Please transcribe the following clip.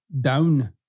down